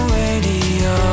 radio